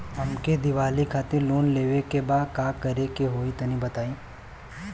हमके दीवाली खातिर लोन लेवे के बा का करे के होई तनि बताई?